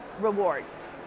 rewards